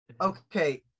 okay